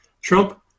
Trump